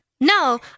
No